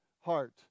heart